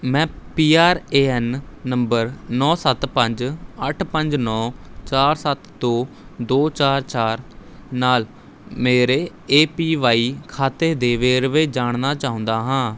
ਮੈਂ P R A N number ਨੌ ਸੱਤ ਪੰਜ ਅੱਠ ਪੰਜ ਨੌ ਚਾਰ ਸੱਤ ਦੋ ਦੋ ਚਾਰ ਚਾਰ ਨਾਲ਼ ਮੇਰੇ ਏ ਪੀ ਵਾਈ ਖਾਤੇ ਦੇ ਵੇਰਵੇ ਜਾਣਨਾ ਚਾਹੁੰਦਾ ਹਾਂ